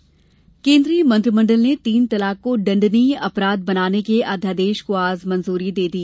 तीन तलाक केंद्रीय मंत्रिमंडल ने तीन तलाक को दण्डनीय अपराध बनाने के अध्यादेश को आज मंजूरी दे दी